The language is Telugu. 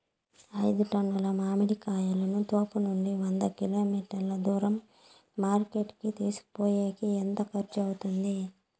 ఐదు టన్నుల మామిడి కాయలను తోపునుండి వంద కిలోమీటర్లు దూరం మార్కెట్ కి తీసుకొనిపోయేకి ఎంత ఖర్చు అవుతుంది?